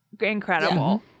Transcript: incredible